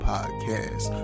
Podcast